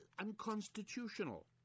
unconstitutional